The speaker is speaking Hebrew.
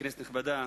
כנסת נכבדה,